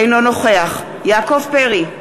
אינו נוכח יעקב פרי,